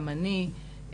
גם אני,